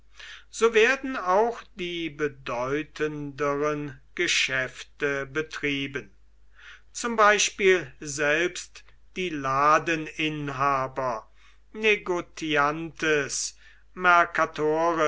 so werden auch die bedeutenderen geschäfte betrieben zum beispiel selbst die ladeninhaber